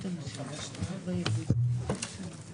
שלום